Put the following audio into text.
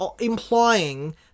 implying